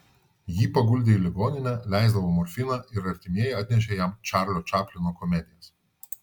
jį paguldė į ligoninę leisdavo morfiną ir artimieji atnešė jam čarlio čaplino komedijas